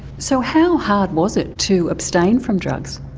so how hard was it to abstain from drugs?